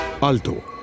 Alto